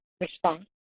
response